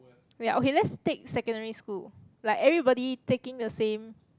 ya okay let's take secondary school like everybody taking the same